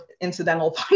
incidental